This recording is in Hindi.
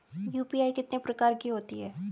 यू.पी.आई कितने प्रकार की होती हैं?